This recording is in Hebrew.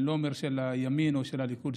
אני לא אומר שהוא של הימין או של הליכוד,